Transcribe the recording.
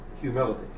humility